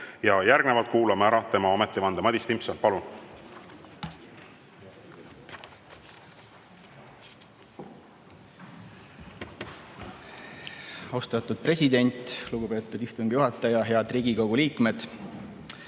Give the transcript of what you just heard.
Järgnevalt kuulame ära tema ametivande. Madis Timpson, palun! Austatud president! Lugupeetud istungi juhataja ja head Riigikogu liikmed!